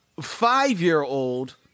five-year-old